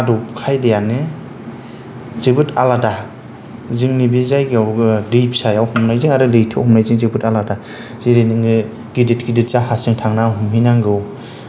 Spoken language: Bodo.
आदब खायदायानो जोबोद आलादा जोंनि बे जायगायाव दै फिसायाव हमनायजों आरो लैथोआव हमनायजों जोबोद आलादा जेरै नोङो गिदिर गिदिर जाहासजों थांना हमहैनांगौ